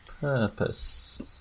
purpose